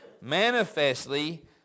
manifestly